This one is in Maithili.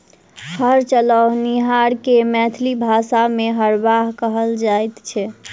हर चलओनिहार के मैथिली भाषा मे हरवाह कहल जाइत छै